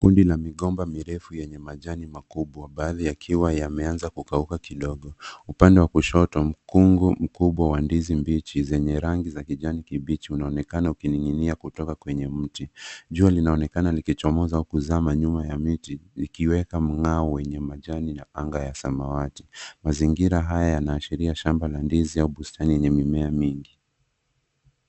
Kundi la migomba mirefu yenye majani makubwa baadhi yakiwa yameanza kukauka kidogo. Upande wa kushoto mkungu mkubwa wa ndizi mbichi zenye rangi ya kijani kibichi unaonekana ukining'inia kutoka kwenye mti. Jua linaonekana likichomoza kuzama nyuma ya miti likiweka mng'ao wenye majani na anga la samawati. Mazingira haya yanaashiria shamba la ndizi au bustani yenye mimea mingi.